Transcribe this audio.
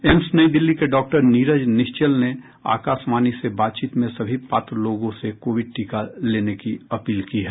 AIIMS New Delhi के doctor Neeraj Nischal ने आकाशवाणी से बातचीत में सभी पात्र लोगों से कोविड टीका लेने की अपील की है